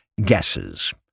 guesses